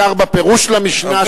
בעיקר בפירוש למשנה,